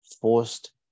Forced